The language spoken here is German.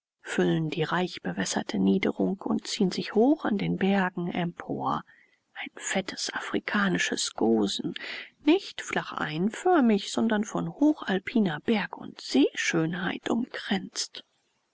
füllen die reich bewässerte niederung und ziehen sich hoch an den bergen empor ein fettes afrikanisches gosen nicht flach einförmig sondern von hochalpiner berg und seeschönheit umkränzt